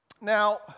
Now